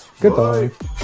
goodbye